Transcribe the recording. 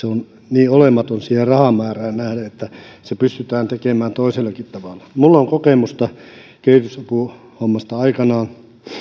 niin olematon siihen rahamäärään nähden että se pystytään tekemään toisellakin tavalla minulla on kokemusta kehitysapuhommasta aikanaan